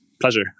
Pleasure